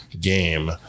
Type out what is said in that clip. game